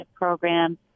program